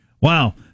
Wow